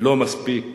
לא מספיק